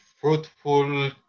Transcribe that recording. fruitful